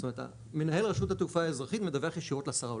זאת אומרת מנהל רשות התעופה האזרחית מדווח ישירות לשרה,